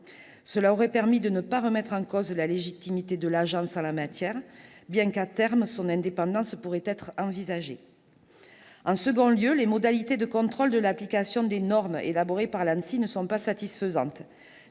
Cela aurait permis de ne pas remettre en cause la légitimité de l'Agence en la matière, dont l'indépendance, à terme, pourrait être envisagée. En outre, les modalités de contrôle de l'application des normes élaborées par l'ANSSI ne sont pas satisfaisantes.